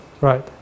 Right